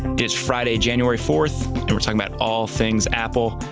it's friday, january fourth, and we're talking about all things apple.